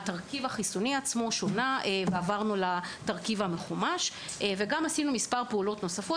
התרכיב החיסוני שונה ועברנו לתרכיב המחומש וגם עשינו פעולות נוספות.